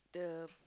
the